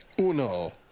Uno